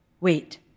Wait